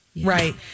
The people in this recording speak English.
Right